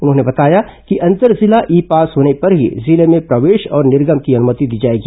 उन्होंने बताया कि अंतर्जिला ई पास होने पर ही जिले में प्रवेश और निर्गम की अनुमति दी जाएगी